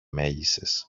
μέλισσες